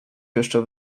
jeszcze